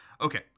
Okay